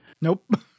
Nope